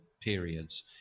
periods